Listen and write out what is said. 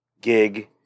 gig